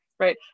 Right